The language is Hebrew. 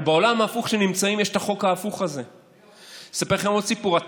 לפיכך, ההסתייגות לא